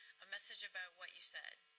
a message about what you said.